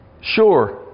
sure